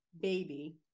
baby